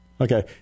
Okay